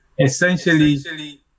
essentially